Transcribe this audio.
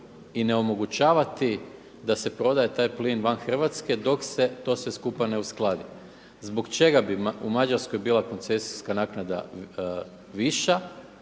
i ne omogućavati da se prodaje taj plin van Hrvatske dok se to sve skupa ne uskladi. Zbog čega bi u Mađarskoj bila koncesijska naknada viša